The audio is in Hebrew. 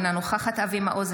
אינה נוכחת אבי מעוז,